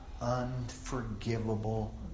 unforgivable